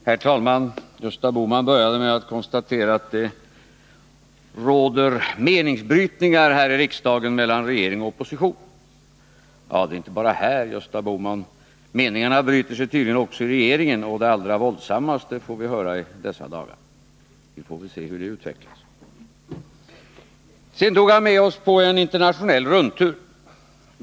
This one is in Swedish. Herr talman! Gösta Bohman började med att konstatera att det råder meningsbrytningar här i riksdagen mellan regering och opposition. Ja, det är inte bara här, Gösta Bohman. Meningarna bryter sig tydligen också i regeringen å det allra våldsammaste, får vi höra i dessa dagar. Vi får väl se hur det utvecklar sig. Sedan tog han med oss på en internationell rundtur.